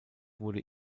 wurde